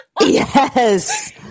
Yes